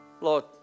Lord